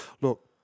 look